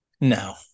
No